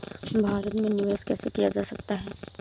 भारत में निवेश कैसे किया जा सकता है?